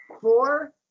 Four